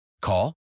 Call